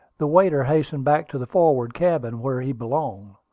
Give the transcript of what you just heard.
the waiter hastened back to the forward cabin, where he belonged.